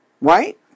right